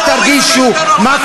אתה איש שמאל.